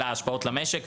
אלא על השפעות למשק,